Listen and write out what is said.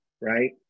right